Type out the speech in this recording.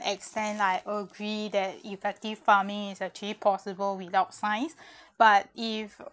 extent I agree that effective farming is actually possible without science but if